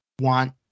want